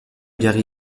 gary